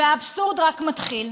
והאבסורד רק מתחיל.